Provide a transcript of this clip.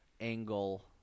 angle